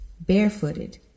barefooted